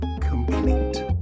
complete